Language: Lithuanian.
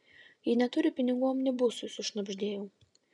ji neturi pinigų omnibusui sušnabždėjau